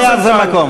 לא היה לזה מקום.